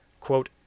Quote